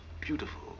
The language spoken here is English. beautiful